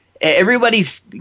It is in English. Everybody's